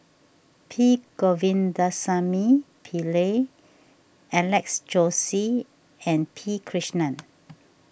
P Govindasamy Pillai Alex Josey and P Krishnan